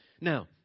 Now